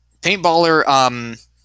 paintballer